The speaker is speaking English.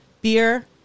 beer